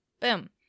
Boom